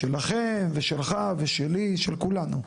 שלכם ושלך ושלי, של כולם.